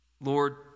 Lord